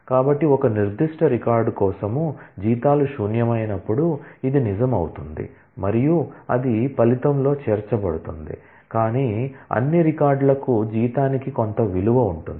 కాబట్టి ఒక నిర్దిష్ట రికార్డు కోసం జీతాలు శూన్యమైనపుడు ఇది నిజం అవుతుంది మరియు అది ఫలితంలో చేర్చబడుతుంది కానీ అన్ని రికార్డులకు జీతానికి కొంత విలువ ఉంటుంది